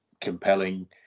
compelling